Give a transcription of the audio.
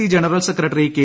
C general secretary K